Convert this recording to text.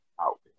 out